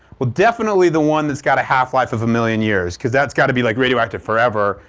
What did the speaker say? well definitely the one that's got a half-life of a million years because that's got to be, like, radioactive forever,